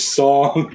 song